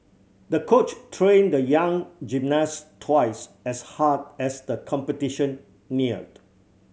the coach trained the young gymnast twice as hard as the competition neared